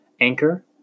Anchor